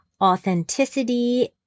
authenticity